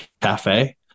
cafe